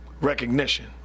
recognition